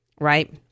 right